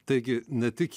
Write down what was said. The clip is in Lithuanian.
taigi ne tik